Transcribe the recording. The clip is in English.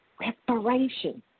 Reparation